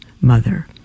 mother